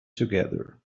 together